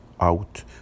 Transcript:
out